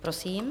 Prosím.